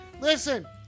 Listen